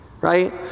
Right